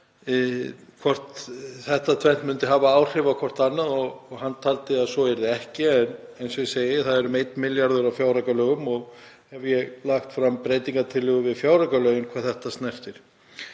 hvort þetta tvennt myndi hafa áhrif á hvort annað og hann taldi að svo yrði ekki. En, eins og ég segi, er þetta um 1 milljarður á fjáraukalögum. Ég hef lagt fram breytingartillögu við fjáraukalögin hvað þetta snertir.